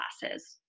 classes